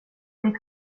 ditt